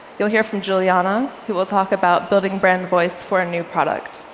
you'll hear from juliana, who will talk about building brand voice for a new product.